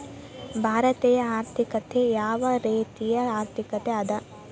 ಭಾರತೇಯ ಆರ್ಥಿಕತೆ ಯಾವ ರೇತಿಯ ಆರ್ಥಿಕತೆ ಅದ?